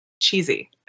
cheesy